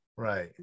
Right